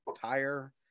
tire